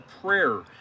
prayer